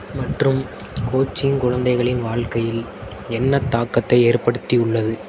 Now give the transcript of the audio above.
மற்றும் கோச்சிங் குழந்தைகளின் வாழ்க்கையில் என்ன தாக்கத்தை ஏற்படுத்தி உள்ளது